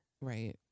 right